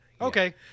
okay